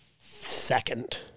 second